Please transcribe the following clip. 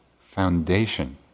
foundation